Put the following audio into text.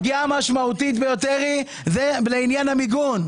הפגיעה המשמעותית ביותר היא לעניין המיגון.